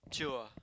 chio ah